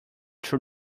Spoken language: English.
two